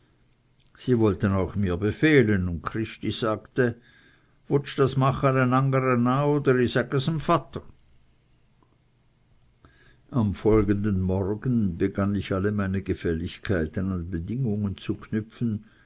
sie wollten auch mir befehlen und christi sagte wotsch das mache e n angere na oder i säge's em vater am folgenden morgen begann ich alle meine gefälligkeiten an bedingungen zu knüpfen